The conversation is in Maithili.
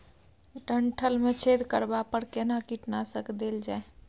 डंठल मे छेद करबा पर केना कीटनासक देल जाय?